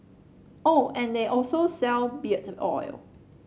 oh and they also sell beard oil